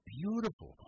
beautiful